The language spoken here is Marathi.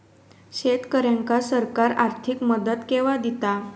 शेतकऱ्यांका सरकार आर्थिक मदत केवा दिता?